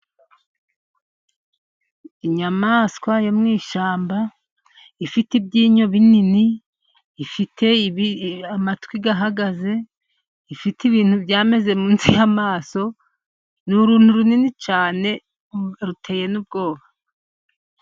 Inyamaswa yo mu ishyamba ifite ibyinnyo binini, ifite amatwi ahagaze, ifite ibintu byameze munsi y'amaso. ni uruntu runini cyane ruteye n'ubwoba.